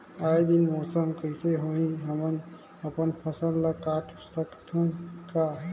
आय दिन मौसम कइसे होही, हमन अपन फसल ल काट सकत हन का?